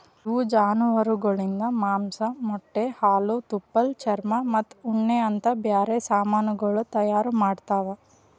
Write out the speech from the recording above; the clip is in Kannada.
ಇವು ಜಾನುವಾರುಗೊಳಿಂದ್ ಮಾಂಸ, ಮೊಟ್ಟೆ, ಹಾಲು, ತುಪ್ಪಳ, ಚರ್ಮ ಮತ್ತ ಉಣ್ಣೆ ಅಂತ್ ಬ್ಯಾರೆ ಸಮಾನಗೊಳ್ ತೈಯಾರ್ ಮಾಡ್ತಾವ್